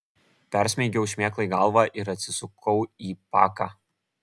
persmeigiau šmėklai galvą ir atsisukau į paką